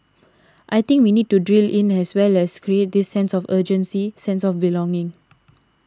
I think we need to drill in as well as create this sense of urgency sense of belonging